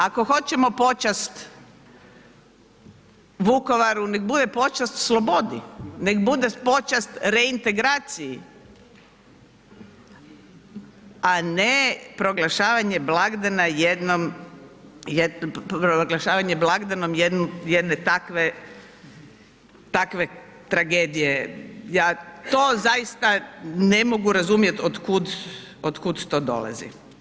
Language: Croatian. Ako hoćemo počast Vukovaru, neka bude počast slobodi, neka bude počast reintegraciji, a ne proglašavanje blagdana jednom, proglašavanjem blagdanom jedne takve, takve tragedija, ja to zaista ne mogu razumjeti od kud to dolazi.